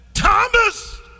Thomas